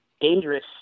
dangerous